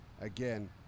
again